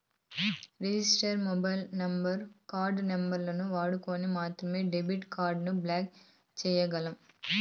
register mobile number, card నంబరుని వాడుకొని మాత్రమే డెబిట్ కార్డుని బ్లాక్ చేయ్యగలం